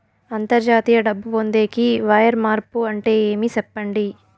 అంతర్జాతీయ డబ్బు పొందేకి, వైర్ మార్పు అంటే ఏమి? సెప్పండి?